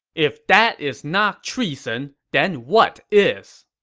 if that is not treason, then what is!